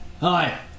Hi